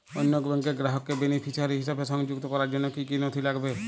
অন্য ব্যাংকের গ্রাহককে বেনিফিসিয়ারি হিসেবে সংযুক্ত করার জন্য কী কী নথি লাগবে?